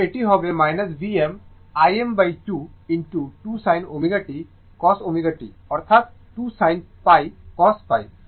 তো এটি হবে Vm Im2 2 sin ω t cos ω t অর্থাৎ 2 sin cos যা হল sin 2